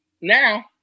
now